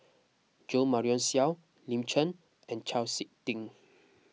Jo Marion Seow Lin Chen and Chau Sik Ting